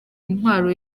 intwaro